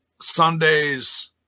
Sunday's